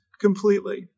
completely